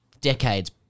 decades